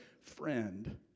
friend